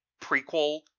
prequel